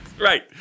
Right